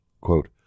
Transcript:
Quote